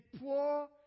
poor